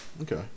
Okay